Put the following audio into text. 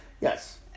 Yes